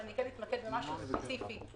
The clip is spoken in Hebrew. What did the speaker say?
אני כן אתמקד בנקודה ספציפית.